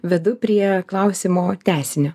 vedu prie klausimo tęsinio